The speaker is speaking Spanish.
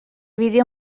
vídeo